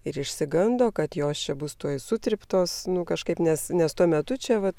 ir išsigando kad jos čia bus tuoj sutryptos nu kažkaip nes nes tuo metu čia vat